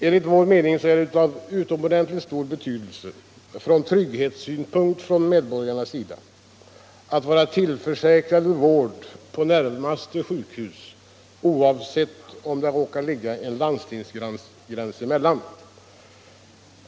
Enligt vår mening är det från trygghetssynpunkt av utomordentligt stor betydelse för medborgarna att vara tillförsäkrade vård på närmaste sjukhus oavsett om det råkar ligga en landstingsgräns emellan.